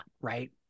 right